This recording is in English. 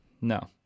No